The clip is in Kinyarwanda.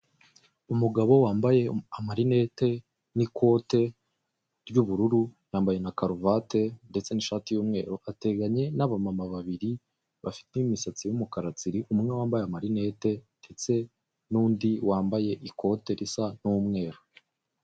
Umugabo wambaye amarinete n'ikote ry'ubururu, yambaye na karuvate ndetse n'ishati y'umweru, ataganye n'abamama babiri bafite imisatsi y'imikara tsiri, umwe wambaye amarinetse ndetse n'undi wambaye ikote risa n'umweru.